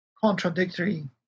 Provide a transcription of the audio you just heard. contradictory